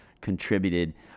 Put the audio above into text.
contributed